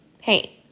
Hey